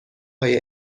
های